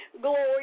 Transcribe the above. Glory